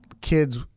kids –